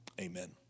Amen